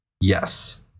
Yes